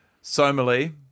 Somali